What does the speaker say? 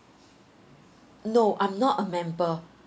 no I'm not a member